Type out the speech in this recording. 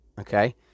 Okay